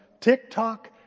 TikTok